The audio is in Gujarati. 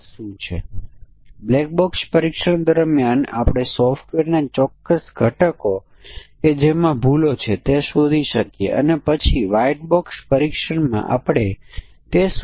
પરંતુ જો આ કિસ્સામાં કે જો ત્યારે જ બંને પરિમાણો કિંમતો ખાસ મૂલ્યોના કેટલાંક મિશ્રણ હોય પછી આપણે તમામ શક્ય મિશ્રણોનો ધ્યાનમાં પડશે જે 4 4 થશે નહીં કે 4 4